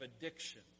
addiction